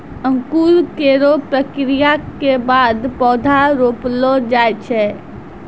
अंकुरन केरो प्रक्रिया क बाद पौधा रोपलो जाय छै